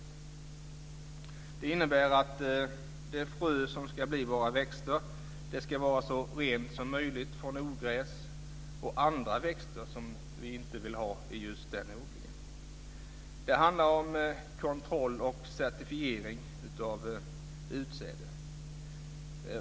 Det innebär att det frö som ska bli våra växter ska vara så rent som möjligt från ogräs och andra växter som vi inte vill ha i just den odlingen. Det handlar om kontroll och certifiering av utsäde.